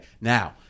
Now